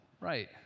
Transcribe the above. right